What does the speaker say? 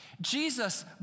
Jesus